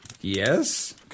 Yes